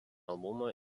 albumą